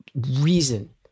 reason